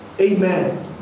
Amen